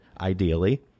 ideally